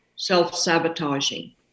self-sabotaging